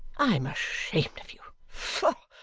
i'm ashamed of you. fogh!